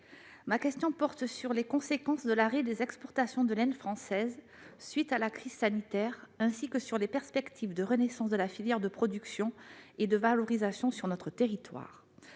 ma question porte sur les conséquences de l'arrêt des exportations de laine française à la suite de la crise sanitaire, ainsi que sur les perspectives de renaissance de la filière de production et de valorisation de la laine sur notre territoire.